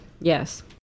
yes